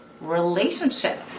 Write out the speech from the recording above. relationship